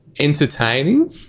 Entertaining